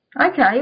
Okay